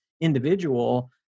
individual